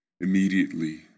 Immediately